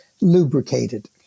lubricated